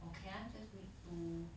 or can I just make two